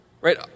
right